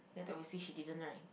then obviously she didn't right